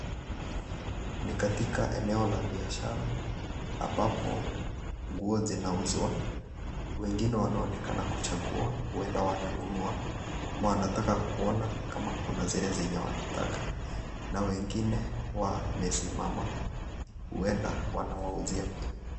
Ni katika eneo la biashara ambapo nguo zinauzwa wengine wanaonekana kuchagua huenda wananunua ama wanataka kuona kama kuna zile zenye wanataka na wengine wamesimama huenda wanawauzia pia.